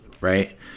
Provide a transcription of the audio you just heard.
right